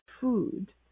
food